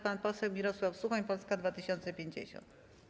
Pan poseł Mirosław Suchoń, Polska 2050.